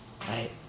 right